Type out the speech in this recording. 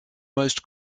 most